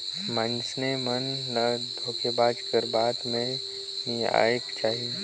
मइनसे मन ल धोखेबाज कर बात में नी आएक चाही